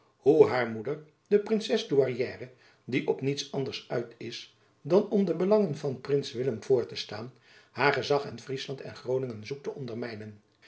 hoe haar moeder de princes douairière die op niets anders uit is dan om de belangen van prins willem voor te staan haar gezach in friesland en groningen zoekt te